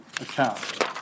account